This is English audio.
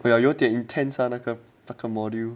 不要有点 intense are like 那个 pocket module